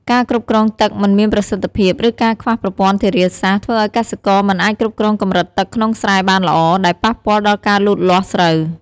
ការគ្រប់គ្រងទឹកមិនមានប្រសិទ្ធភាព ឬការខ្វះប្រព័ន្ធធារាសាស្រ្ត ធ្វើឲ្យកសិករមិនអាចគ្រប់គ្រងកម្រិតទឹកក្នុងស្រែបានល្អ ដែលប៉ះពាល់ដល់ការលូតលាស់ស្រូវ។